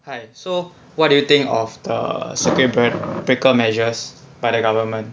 hi so what do you think of the circuit break~ breakers measures by the government